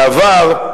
בעבר,